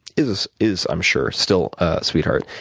is is i'm sure still a sweetheart.